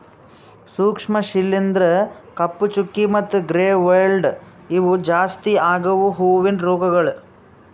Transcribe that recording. ಸೂಕ್ಷ್ಮ ಶಿಲೀಂಧ್ರ, ಕಪ್ಪು ಚುಕ್ಕಿ ಮತ್ತ ಗ್ರೇ ಮೋಲ್ಡ್ ಇವು ಜಾಸ್ತಿ ಆಗವು ಹೂವಿನ ರೋಗಗೊಳ್